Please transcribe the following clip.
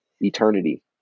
Eternity